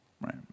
right